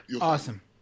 Awesome